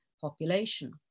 population